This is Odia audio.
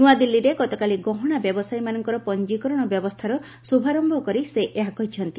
ନ୍ରଆଦିଲ୍ଲୀରେ ଗତକାଲି ଗହଶା ବ୍ୟବସାୟୀମାନଙ୍କ ପଞ୍ଜିକରଣ ବ୍ୟବସ୍ଥାର ଶୁଭାରମ୍ଭ କରି ସେ ଏହା କହିଛନ୍ତି